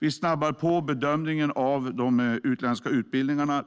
Vi snabbar på bedömningen av utländska utbildningar.